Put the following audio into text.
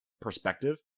perspective